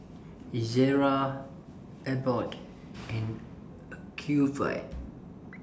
Ezerra Abbott and Ocuvite